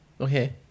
Okay